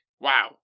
wow